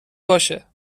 باشه